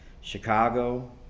Chicago